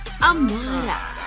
Amara